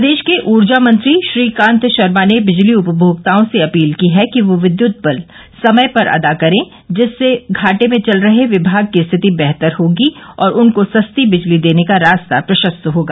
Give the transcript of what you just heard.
प्रदेश के ऊर्जा मंत्री श्रीकांत शर्मा ने बिजली उपमोक्ताओं से अपील की है कि वे विद्युत बिल समय पर अदा करे जिससे घाटे में चल रहे विमाग की स्थिति बेहतर होगी और उनको सस्ती बिजली देने का रास्ता प्रशस्त होगा